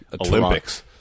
olympics